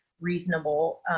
reasonable